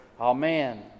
Amen